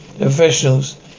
professionals